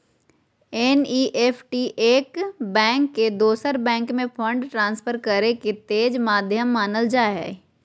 NEFT एक bank से दोसर बैंक में फंड ट्रांसफर करे के तेज माध्यम मानल जा हय